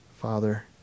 Father